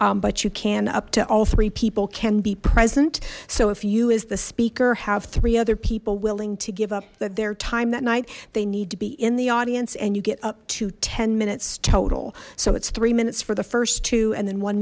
turn but you can up to all three people can be present so if you as the speaker have three other people willing to give up their time that night they need to be in the audience you get up to ten minutes total so it's three minutes for the first two and then one